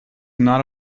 not